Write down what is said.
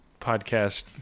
podcast